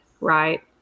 right